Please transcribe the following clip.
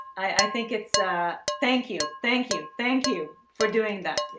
i think it's ah, thank you. thank you. thank you for doing that.